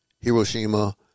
Hiroshima